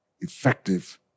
effective